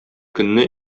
көнне